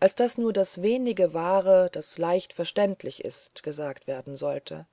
als daß nur das wenige wahre das leicht verständlich ist gesagt werden sollte